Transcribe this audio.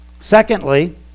Secondly